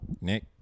Nick